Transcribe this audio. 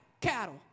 cattle